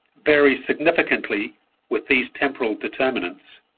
varies significantly with these temporal determinants.